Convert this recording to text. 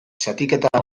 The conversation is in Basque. zatiketa